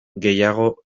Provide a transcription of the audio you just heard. gehiago